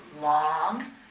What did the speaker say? long